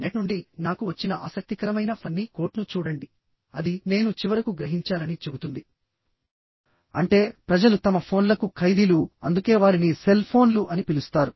net నుండి నాకు వచ్చిన ఆసక్తికరమైన ఫన్నీ కోట్ను చూడండి అది నేను చివరకు గ్రహించానని చెబుతుంది అంటే ప్రజలు తమ ఫోన్లకు ఖైదీలు అందుకే వారిని సెల్ ఫోన్లు అని పిలుస్తారు